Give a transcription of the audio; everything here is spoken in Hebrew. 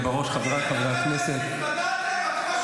צריך רק לדעת להבדיל בין ביקורת להסתה.